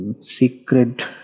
secret